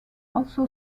also